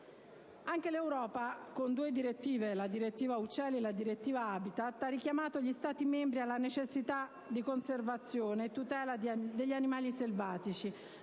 Anche l'Europa con due direttive - la direttiva 79/409 CEE (uccelli) e la direttiva 43/85 (*habitat*) - ha richiamato gli Stati membri alla necessità di conservazione e tutela degli animali selvatici,